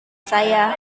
saya